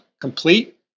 complete